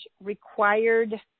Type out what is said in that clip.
required